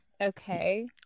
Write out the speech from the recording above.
Okay